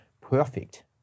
Perfect